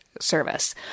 Service